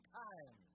time